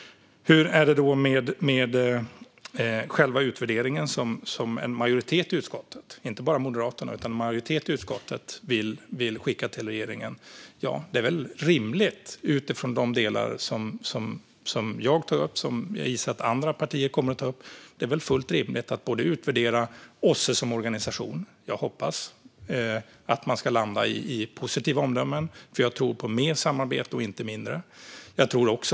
Hur är det då med förslaget om själva utvärderingen som en majoritet i utskottet, inte bara Moderaterna, vill skicka till regeringen? Det är väl fullt rimligt, utifrån de delar som jag tog upp och som jag gissar att andra partier kommer att ta upp, att utvärdera OSSE som organisation. Jag hoppas att man ska landa i positiva omdömen, för jag tror på mer samarbete och inte mindre.